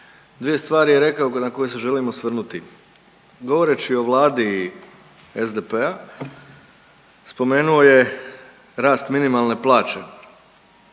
Dvije stvari je rekao na koje se želim osvrnuti. Govoreći o Vladi SDP-a, spomenuo je rast minimalne plaće